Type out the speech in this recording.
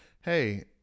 hey